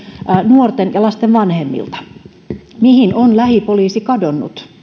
nuorten ja lasten vanhemmilta että mihin on lähipoliisi kadonnut